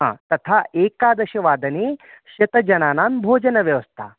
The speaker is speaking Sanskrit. हा तथा एकादशवादने शतं जनानां भोजनव्यवस्था